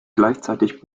gleichzeitig